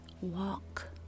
Walk